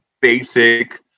basic